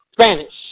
Spanish